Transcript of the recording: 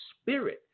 spirit